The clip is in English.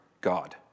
God